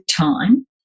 time